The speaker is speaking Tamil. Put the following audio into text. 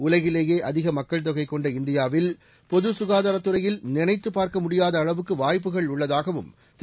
உலகிலேயே அதிக மக்கள் தொகை கொண்ட இந்தியாவில் பொது சுகாதாரத் துறையில் நினைத்துப் பார்க்க முடியாத அளவுக்கு வாய்ப்புகள் உள்ளதாகவும் திரு